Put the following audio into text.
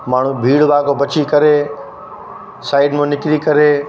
माण्हू भीड़ भाड़ खां बची करे साइड में निकिरी करे